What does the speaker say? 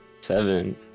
Seven